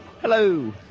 Hello